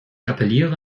appelliere